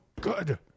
good